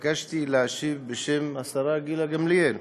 התבקשתי להשיב בשם השרה גילה גמליאל.